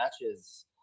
matches